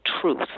truth